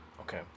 okay